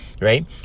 right